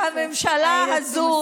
תודה רבה, חברת הכנסת עאידה